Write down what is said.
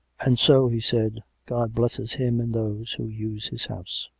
and so, he said, god blesses him in those who use his house.